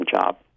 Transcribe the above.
job